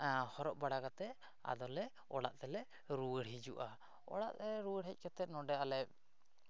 ᱦᱚᱨᱚᱜ ᱵᱟᱲᱟ ᱠᱟᱛᱮᱫ ᱟᱫᱚᱞᱮ ᱚᱲᱟᱜ ᱛᱮᱞᱮ ᱨᱩᱣᱟᱹᱲ ᱦᱤᱡᱩᱜᱼᱟ ᱚᱲᱟᱜ ᱞᱮ ᱨᱩᱣᱟᱹᱲ ᱦᱮᱡ ᱠᱟᱛᱮᱫ ᱱᱚᱰᱮ ᱟᱞᱮ